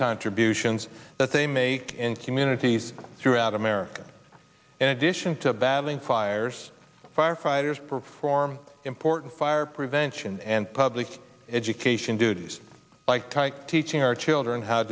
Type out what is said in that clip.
contributions that they make and communities throughout america in addition to battling fires firefighters perform important fire prevention and public education duties by teaching our children how